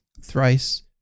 thrice